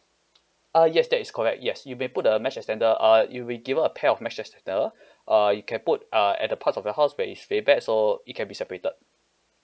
uh yes that is correct yes you may put the mesh extender uh you'll be given a pair of mesh extender uh you can put uh at the parts of your house where it's very bad so it can be separated